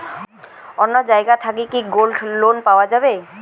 অন্য জায়গা থাকি কি গোল্ড লোন পাওয়া যাবে?